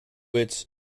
its